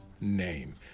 name